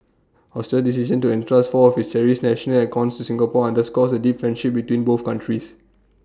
Australia's decision to entrust four of its cherished national icons to Singapore underscores the deep friendship between both countries